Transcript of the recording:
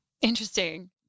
Interesting